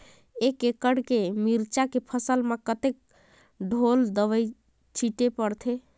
एक एकड़ के मिरचा के फसल म कतेक ढोल दवई छीचे पड़थे?